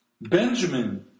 Benjamin